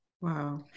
Wow